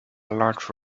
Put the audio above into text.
large